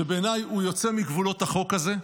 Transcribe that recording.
שבעיניי הוא יוצא מגבולות החוק הזה,